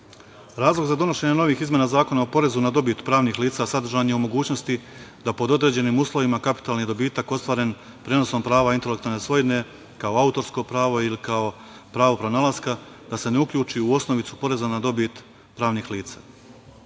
godine. Razlog za donošenje novih izmena Zakona o porezu na dobit pravnih lica, sadržan je u mogućnosti da pod određenim uslovima kapitalni dobitak ostvaren prenosom prava intelektualne svojine, kao autorsko pravo ili kao pravo pronalaska, da se ne uključi u osnovicu poreza na dobit pravnih